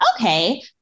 okay